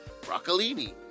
broccolini